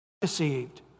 deceived